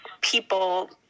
people